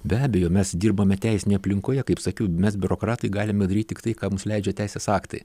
be abejo mes dirbame teisinėj aplinkoje kaip sakiau mes biurokratai galime daryt tik tai ką mums leidžia teisės aktai